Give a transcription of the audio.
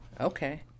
Okay